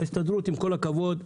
ההסתדרות עם כל הכבוד,